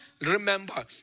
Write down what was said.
remember